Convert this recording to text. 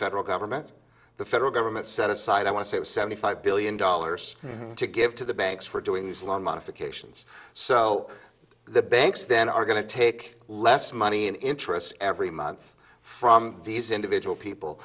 federal government the federal government set aside i want to save seventy five billion dollars to give to the banks for doing these loan modifications so the banks then are going to take less money and interest every month from these individual people